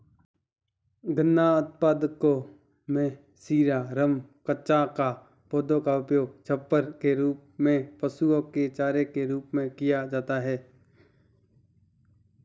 गन्ना उत्पादों में शीरा, रम, कचाका, पौधे का उपयोग छप्पर के रूप में, पशुओं के चारे के रूप में किया जाता है